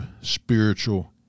spiritual